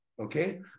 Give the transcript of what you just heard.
Okay